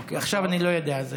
עכשיו, אני לא יודע.